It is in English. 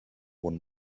one